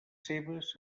seves